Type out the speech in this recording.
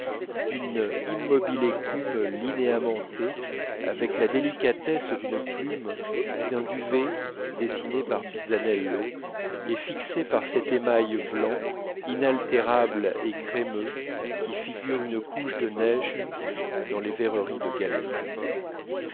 d'une immobile écume linéamentée avec la délicatesse d'une plume ou d'un duvet dessinés par pisanello et fixés par cet émail blanc inaltérable et crémeux qui figure une couche de neige dans les verreries de gallé